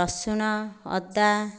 ରସୁଣ ଅଦା